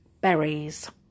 berries